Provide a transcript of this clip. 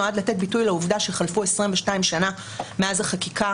נועד לתת ביטוי לעובדה שחלפו 22 שנה מאז החקיקה